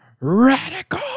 Radical